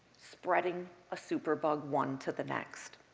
spreading a superbug one to the next.